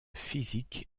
physique